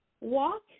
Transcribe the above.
walk